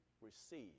receive